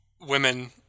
women